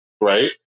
Right